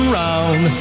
round